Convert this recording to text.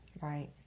Right